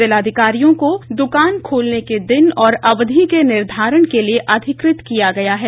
जिलाधिकारियों को दुकान खोलने के दिन और अवधि के निर्धारण के लिए अधिकृत किया गया है